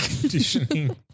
conditioning